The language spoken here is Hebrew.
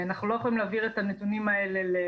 אנחנו לא יכולים להעביר את הנתונים האלה ל